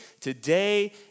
today